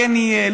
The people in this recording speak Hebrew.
כן יהיה,